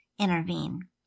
intervene